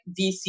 VC